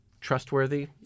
trustworthy